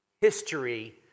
history